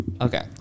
Okay